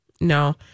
No